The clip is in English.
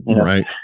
Right